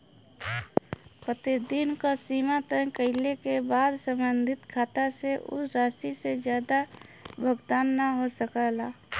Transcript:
प्रतिदिन क सीमा तय कइले क बाद सम्बंधित खाता से उ राशि से जादा भुगतान न हो सकला